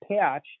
patch